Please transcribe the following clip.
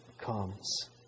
comes